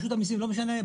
לא משנה,